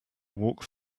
walk